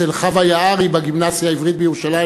אצל חוה יערי בגימנסיה העברית בירושלים,